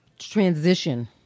Transition